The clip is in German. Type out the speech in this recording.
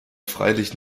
freilich